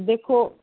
ਦੇਖੋ